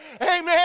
Amen